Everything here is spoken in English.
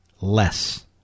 less